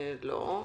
לא.